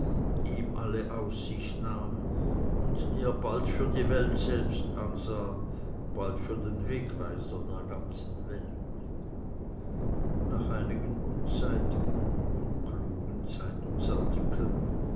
ihm alle aussicht nahm und die er bald für die welt selbst ansah bald für den wegweiser der ganzen welt nach einigen unzeitigen unklugen